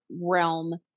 realm